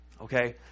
okay